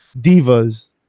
divas